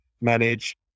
manage